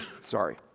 Sorry